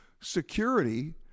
security